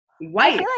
White